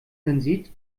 hinsieht